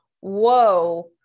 whoa